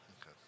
Okay